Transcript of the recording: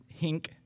hink